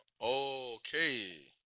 Okay